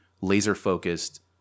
laser-focused